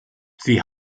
sie